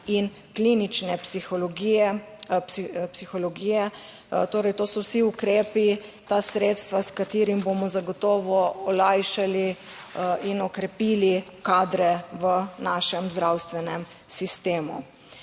psihologije, psihologije, torej to so vsi ukrepi, ta sredstva, s katerim bomo zagotovo olajšali in okrepili kadre v našem zdravstvenem sistemu.